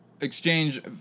exchange